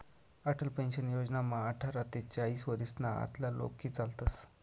Atal pension योजनामा आठरा ते चाईस वरीसना आतला लोके चालतस